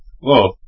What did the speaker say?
Whoa